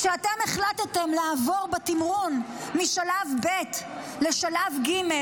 כשאתם החלטתם לעבור בתמרון משלב ב' לשלב ג',